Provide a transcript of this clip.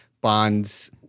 bonds